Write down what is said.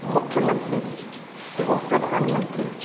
मुख्यमंत्री एवं प्रधानमंत्री